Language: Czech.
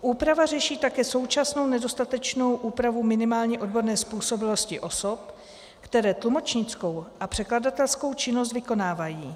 Úprava řeší také současnou nedostatečnou úpravu minimálně odborné způsobilosti osob, které tlumočnickou a překladatelskou činnost vykonávají.